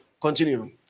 Continue